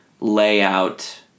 layout